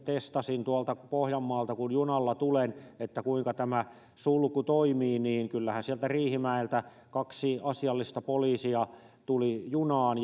testasin tuolta pohjanmaalta kun junalla tulen kuinka tämä sulku toimii niin kyllähän sieltä riihimäeltä kaksi asiallista poliisia tuli junaan